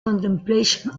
contemplation